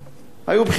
היו בחירות.